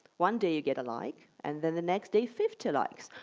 one day you get a like and then the next day fifty likes.